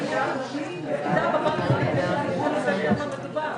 עמיתי בראלי מארגון חותם.